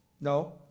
No